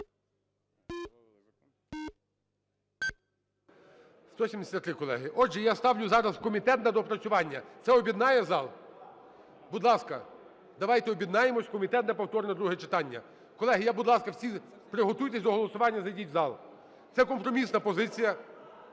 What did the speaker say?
173, колеги. Отже, я ставлю зараз в комітет на доопрацювання. Це об'єднає зал. Будь ласка, давайте об'єднаємося в комітет на повторне друге читання. Колеги, будь ласка, всі приготуйтесь до голосування, зайдіть в зал. Це компромісна позиція,